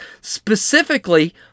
specifically